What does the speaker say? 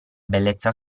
bellezza